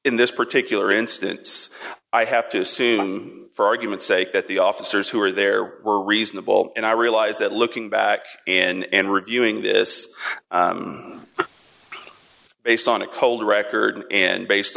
in this particular instance i have to assume for argument's sake that the officers who were there were reasonable and i realize that looking back and reviewing this based on a cold record and based